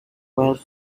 while